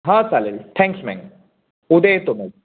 हां चालेल thanks ma'am उद्या येतो मग